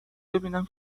ببینیم